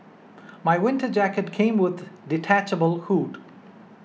my winter jacket came with detachable hood